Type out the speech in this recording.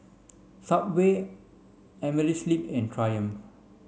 Subway Amerisleep and Triumph